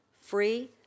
free